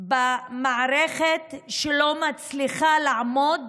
גם במערכת, שלא מצליחה לעמוד